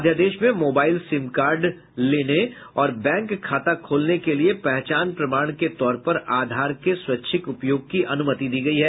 अध्यादेश में mobile sim card लेने और बैंक खाता खोलने के लिए पहचान प्रमाण के तौर पर आधार के स्वैच्छिक उपयोग की अनुमति दी गई है